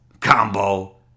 Combo